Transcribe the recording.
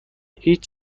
هیچ